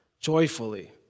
joyfully